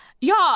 y'all